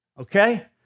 okay